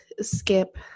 skip